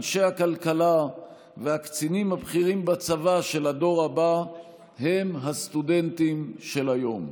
אנשי הכלכלה והקצינים הבכירים בצבא של הדור הבא הם הסטודנטים של היום.